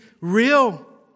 real